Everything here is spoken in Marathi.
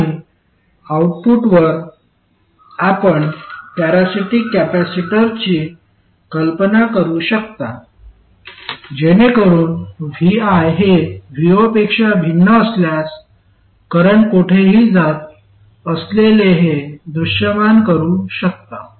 आणि आऊटपुटवर आपण पॅरासिटिक कॅपेसिटरची कल्पना करू शकता जेणेकरुन vi हे vo पेक्षा भिन्न असल्यास करंट कोठेही जात असलेले हे दृश्यमान करू शकता